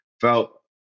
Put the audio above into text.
felt